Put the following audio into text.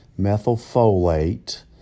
methylfolate